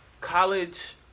college